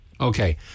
Okay